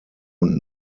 und